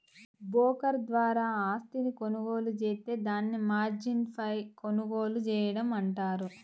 broker ద్వారా ఆస్తిని కొనుగోలు జేత్తే దాన్ని మార్జిన్పై కొనుగోలు చేయడం అంటారు